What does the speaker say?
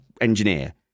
engineer